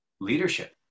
leadership